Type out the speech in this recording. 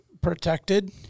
protected